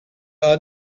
are